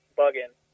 bugging